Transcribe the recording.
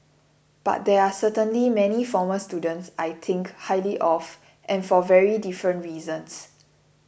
but there are certainly many former students I think highly of and for very different reasons